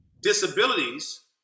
disabilities